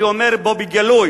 אני אומר פה בגלוי: